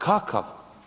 Kakav?